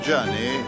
journey